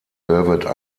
velvet